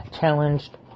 challenged